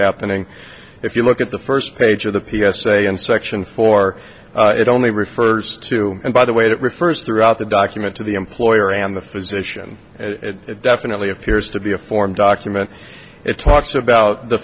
happening if you look at the first page of the p s a and section four it only refers to and by the way that refers throughout the document to the employer and the physician it definitely appears to be a form document it talks about the